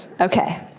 okay